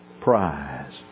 prize